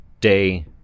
day